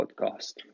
Podcast